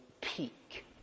peak